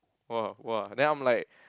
!wah! !wah! then I'm like